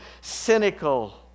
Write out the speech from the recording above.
cynical